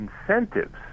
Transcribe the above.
incentives